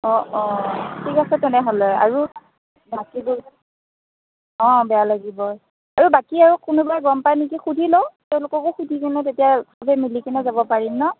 অ অ ঠিক আছে তেনেহ'লে আৰু অ বেয়া লাগিব আৰু বাকী আৰু কোনোবাই গম পাই নেকি সুধি লওঁ তেওঁলোককো সুধিকেনে তেতিয়া সবে মিলিকেনে যাব পাৰিম ন'